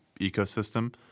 ecosystem